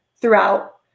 throughout